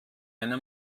eine